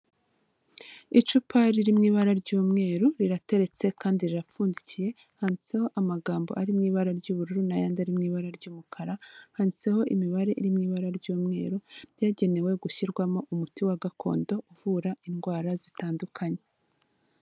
Icupa riri mu ibara ry'umweru rirateretse kandi rirapfundikiye, handitseho amagambo ari mu ibara ry'ubururu n'ayandi ari mu ibara ry'umukara, handitseho imibare iri mu ibara ry'umweru ryagenewe gushyirwamo umuti wa gakondo uvura indwara zitandukanye.